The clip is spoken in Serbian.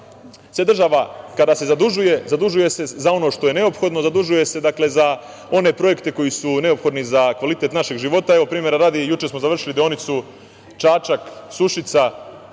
se država kada se zadužuje, zadužuje se za ono što je neophodno, zadužuje se za one projekte koji su neophodni za kvalitet našeg života. Evo, priprema radi, juče smo završili deonicu Čačak-Sušica